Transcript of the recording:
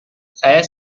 saya